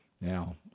Now